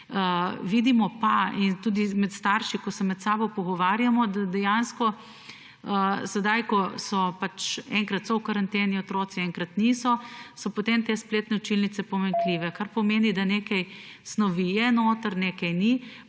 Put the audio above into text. Vidimo pa tudi med starši, ko se med sabo pogovarjamo, da so dejansko sedaj, ko otrocienkrat so v karanteni, enkrat niso, te spletne učilnice pomanjkljive, kar pomeni, da nekaj snovi je notri, nekaj je